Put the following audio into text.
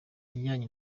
yajyanye